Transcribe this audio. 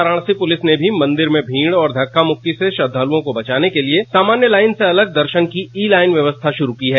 Varanasi police ने भी मंदिर में भीड़ और धक्का मुक्की से श्रद्धालुओं को बचाने के लिए सामान्य लाइन से अलग दर्शन की ई लाइन व्यवस्था शुरू की है